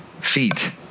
feet